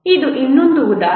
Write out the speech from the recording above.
ಇದು ಇನ್ನೊಂದು ಉದಾಹರಣೆ